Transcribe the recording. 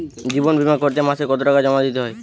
জীবন বিমা করতে মাসে কতো টাকা জমা দিতে হয়?